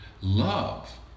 love